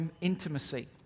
intimacy